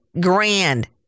grand